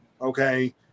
okay